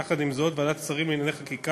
יחד עם זאת, ועדת שרים לענייני חקיקה